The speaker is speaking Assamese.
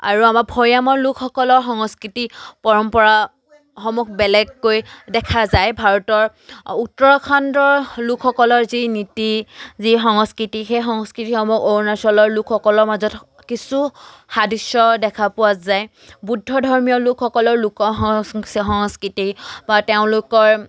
আৰু আমাৰ ভৈয়ামৰ লোকসকলৰ সংস্কৃতি পৰম্পৰাসমূহ বেলেগকৈ দেখা যায় ভাৰতৰ উত্তৰাখণ্ডৰ লোকসকলৰ যি নীতি যি সংস্কৃতি সেই সংস্কৃতিসমূহ অৰুণাচলৰ লোকসকলৰ মাজত কিছু সাদৃশ্য দেখা পোৱা যায় বুদ্ধ ধৰ্মীয় লোকসকলৰ লোক সং সংস্কৃতি বা তেওঁলোকৰ